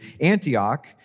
Antioch